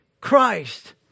Christ